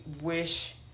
wish